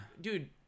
dude